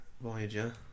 Voyager